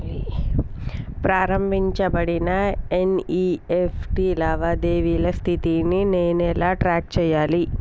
ప్రారంభించబడిన ఎన్.ఇ.ఎఫ్.టి లావాదేవీల స్థితిని నేను ఎలా ట్రాక్ చేయాలి?